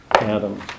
Adam